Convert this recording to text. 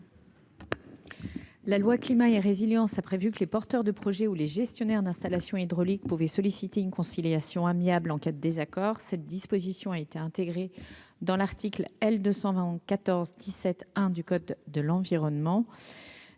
La loi climat et résilience a prévu que les porteurs de projets ou les gestionnaires d'installations hydrauliques pouvait solliciter une conciliation amiable en cas de désaccord, cette disposition a été intégrée dans l'article L 220 ans 14 17 1 du code de l'environnement,